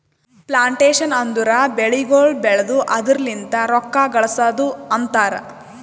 plantation ಅಂದುರ್ ಬೆಳಿಗೊಳ್ ಬೆಳ್ದು ಅದುರ್ ಲಿಂತ್ ರೊಕ್ಕ ಗಳಸದ್ ಅಂತರ್